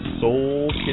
Soul